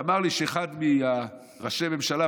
ואמר לי שאחד מראשי הממשלה,